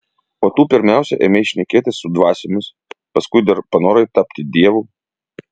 o tu pirmiausia ėmei šnekėtis su dvasiomis paskui dar panorai tapti dievu